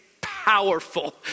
powerful